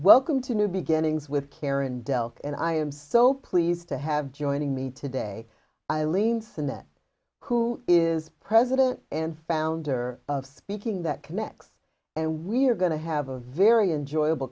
welcome to new beginnings with karen dell and i am so pleased to have joining me today eileen the net who is president and founder of speaking that connects and we're going to have a very enjoyable